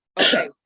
Okay